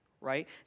right